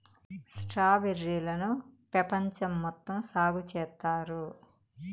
strawberry లను పెపంచం మొత్తం సాగు చేత్తారు